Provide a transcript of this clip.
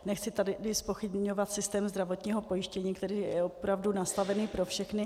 Nechci tady zpochybňovat systém zdravotního pojištění, který je opravdu nastavený pro všechny.